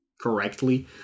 correctly